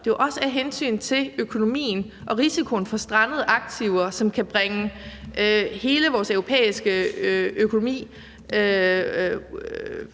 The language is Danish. det er også af hensyn til økonomien og risikoen for strandede aktiver, som kan bringe hele vores europæiske økonomi